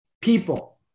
People